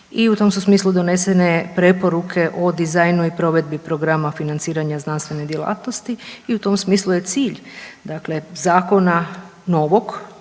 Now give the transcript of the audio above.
i u tom su smislu donesene preporuke o dizajnu i provedbi programa financiranja znanstvene djelatnosti. I u tom smislu je cilj dakle zakona novog